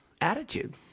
attitude